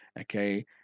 Okay